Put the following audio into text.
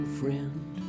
friend